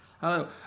Hello